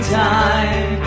time